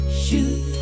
shoot